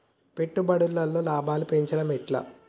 పెట్టుబడులలో లాభాలను పెంచడం ఎట్లా?